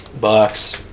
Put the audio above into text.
Bucks